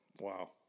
wow